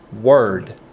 Word